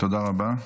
תודה רבה.